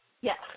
Yes